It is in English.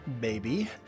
baby